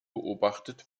beobachtet